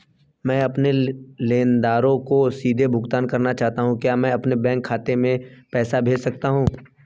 मैं अपने लेनदारों को सीधे भुगतान करना चाहता हूँ क्या मैं अपने बैंक खाते में पैसा भेज सकता हूँ?